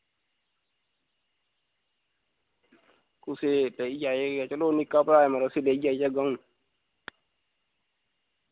कुसे लेइयै आइगा चलो निक्का भ्रा ऐ मेरा उस्सी लेइयै आई जाह्गा आऊं